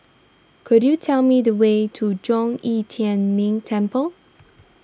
could you tell me the way to Zhong Yi Tian Ming Temple